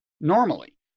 normally